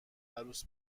عروس